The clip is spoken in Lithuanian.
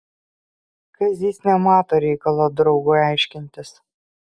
kazys nemato reikalo draugui aiškintis